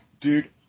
dude